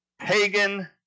pagan